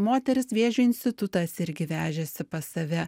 moteris vėžio institutas irgi vežėsi pas save